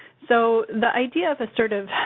so, the idea of a sort of,